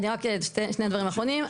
רק שני דברים אחרונים.